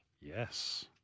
Yes